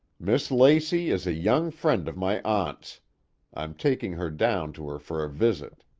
miss lacey is a young friend of my aunt's i'm taking her down to her for a visit.